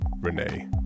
Renee